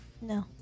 no